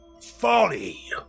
Folly